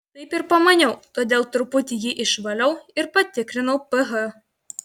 taip ir pamaniau todėl truputį jį išvaliau ir patikrinau ph